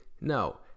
no